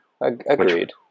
Agreed